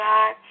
God